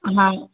हा